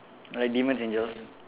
a demon angels